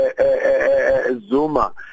Zuma